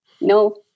No